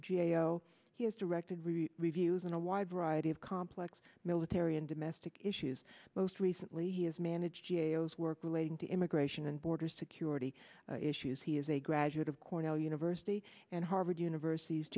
o he has directed real reviews on a wide variety of complex military and domestic issues most recently he has managed jails work relating to immigration and border security issues he is a graduate of cornell university and harvard university